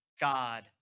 God